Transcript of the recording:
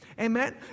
amen